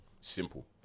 Simple